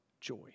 joy